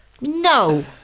No